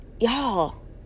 y'all